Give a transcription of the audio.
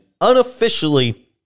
unofficially